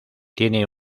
tiene